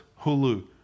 Hulu